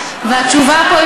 והתשובה פה,